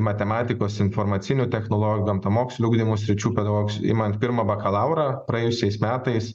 matematikos informacinių technologijų gamtamokslinio ugdymo sričių pedagogus imant pirmą bakalaurą praėjusiais metais